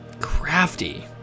Crafty